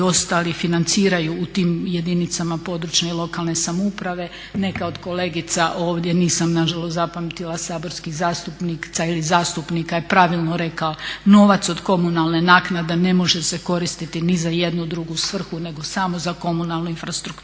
ostali financiranju u tim jedinicama područne i lokalne samouprave, neka od kolegica ovdje, nisam nažalost zapamtila saborski zastupnik, ili zastupnica je pravilno rekao novac od komunalne naknade ne može se koristiti ni za jednu drugu svrhu, nego samo za komunalnu infrastrukturu.